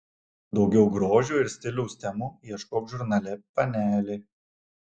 daugiau grožio ir stiliaus temų ieškok žurnale panelė